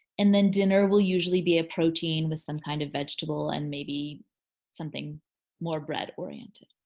and then dinner will usually be a protein with some kind of vegetable and maybe something more bread oriented.